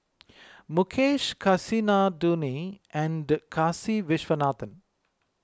Mukesh Kasinadhuni and Kasiviswanathan